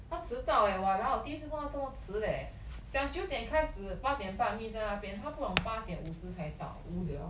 他迟到 eh !walao! 第一次碰到这么迟 eh 讲九点开始八点半 meet 在那边他不懂八点五十才到无聊